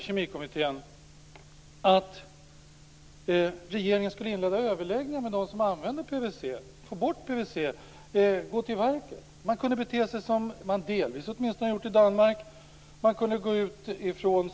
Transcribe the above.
Kemikommittén föreslår att regeringen skall inleda överläggningar med dem som använder PVC för att få bort PVC. Regeringen skulle kunna göra som man delvis har gjort i Danmark.